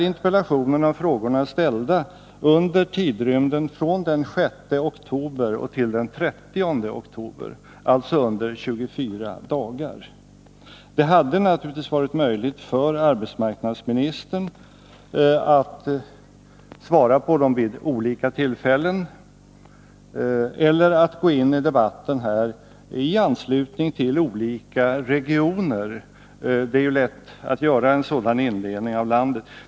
Interpellationerna och frågan har framställts under tidrymden från den 6 oktober till den 30 oktober, alltså under 24 dagar. Det hade naturligtvis varit möjligt för arbetsmarknadsministern att besvara dem vid olika tillfällen eller att gå in i debatten här i anslutning till vad som sägs om olika regioner. Det är lätt att göra en sådan indelning av landet.